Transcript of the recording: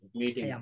meeting